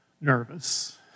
nervous